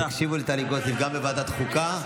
הקשיבו לטלי גוטליב גם בוועדת חוקה.